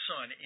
Son